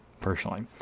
personally